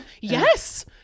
yes